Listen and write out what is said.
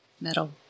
Metal